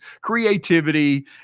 creativity